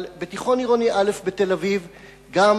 אבל בתיכון עירוני א' בתל-אביב גם